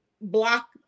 block